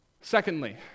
Secondly